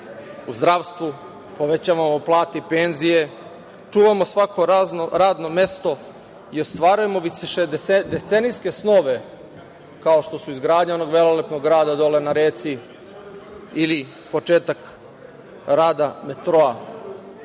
U zdravstvu povećavamo plate i penzije, čuvamo svako radno mesto i ostvarujemo višedecenijske snove, kao što su izgradnja onog velelepnog grada na reci ili početak rada metroa